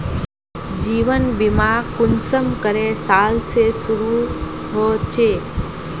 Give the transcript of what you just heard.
जीवन बीमा कुंसम करे साल से शुरू होचए?